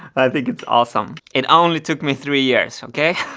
i think it's awesome. it only took me three years, okay.